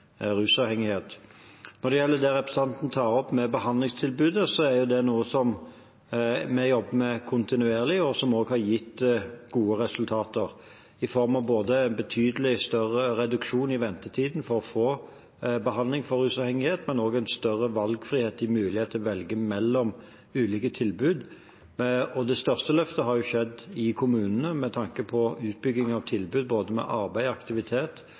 det gjelder det representanten tar opp om behandlingstilbudet, er det noe vi jobber med kontinuerlig, og som også har gitt gode resultater i form av både en betydelig større reduksjon i ventetiden for å få behandling for rusavhengighet og en større frihet og mulighet til å velge mellom ulike tilbud. Det største løftet har skjedd i kommunene med tanke på utbygging av tilbud for både arbeid og aktivitet